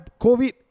COVID